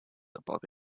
above